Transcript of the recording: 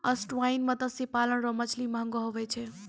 estuarine मत्स्य पालन रो मछली महगो हुवै छै